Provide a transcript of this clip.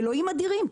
אלוהים אדירים,